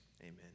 Amen